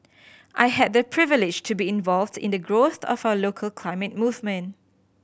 I had the privilege to be involved in the growth of our local climate movement